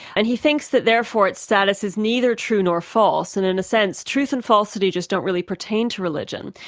and he thinks that therefore its status is neither true nor false, and in a sense truth and falsity just don't really pertain to religion.